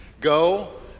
go